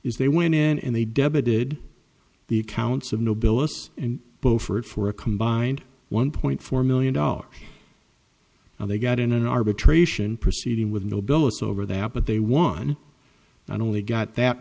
is they went in and they debited the accounts of nobilis and beaufort for a combined one point four million dollars now they got in an arbitration proceeding with nobilis over that but they won and only got that